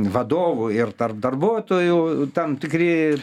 vadovų ir tarp darbuotojų tam tikri